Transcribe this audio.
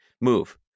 Move